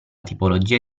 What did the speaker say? tipologia